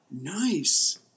Nice